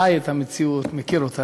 חי את המציאות, מכיר אותה.